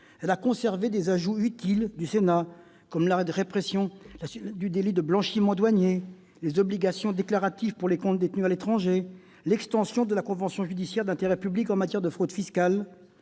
Elle a conservé des ajouts utiles du Sénat, comme la répression du délit de blanchiment douanier, les obligations déclaratives pour les comptes détenus à l'étranger, l'extension de la convention judiciaire d'intérêt public en matière de fraude fiscale,